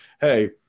Hey